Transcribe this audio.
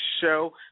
show